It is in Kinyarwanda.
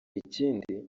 ikindi